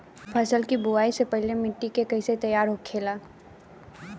फसल की बुवाई से पहले मिट्टी की कैसे तैयार होखेला?